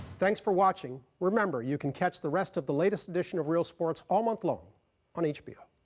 thanks for watching. remember, you can catch the rest of the latest edition of real sports all month long on hbo.